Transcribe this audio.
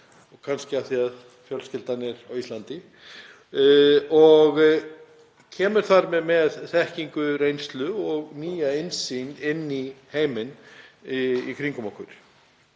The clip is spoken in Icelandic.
kannski af því að fjölskyldan er á Íslandi, og kemur með þekkingu, reynslu og nýja innsýn í heiminn í kringum okkur.